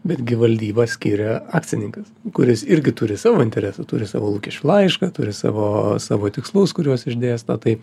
betgi valdybą skiria akcininkas kuris irgi turi savo interesų turi savo lūkesčių laišką turi savo savo tikslus kuriuos išdėsto tai